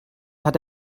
hat